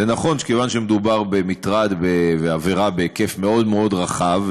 זה נכון שמכיוון שמדובר במטרד ועבירה בהיקף מאוד מאוד רחב,